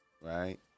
right